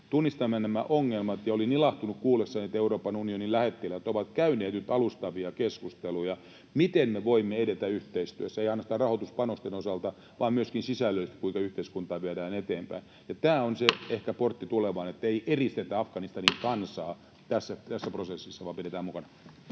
tunnistamme nämä ongelmat, ja olin ilahtunut kuulleessani, että Euroopan unionin lähettiläät ovat käyneet nyt alustavia keskusteluja, miten me voimme edetä yhteistyössä, ei ainoastaan rahoituspanosten osalta vaan myöskin sisällöllisesti, kuinka yhteiskuntaa viedään eteenpäin. Ja tämä on ehkä se portti tulevaan, että ei eristetä Afganistanin kansaa tässä prosessissa vaan pidetään mukana.